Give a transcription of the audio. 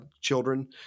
children